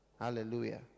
Hallelujah